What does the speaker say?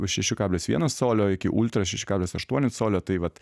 šešių kablis vienas colio iki ultra šeši kablis aštuoni colio tai vat